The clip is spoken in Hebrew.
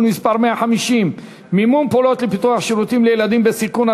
מס' 150) (מימון פעולות לפיתוח שירותים לילדים בסיכון),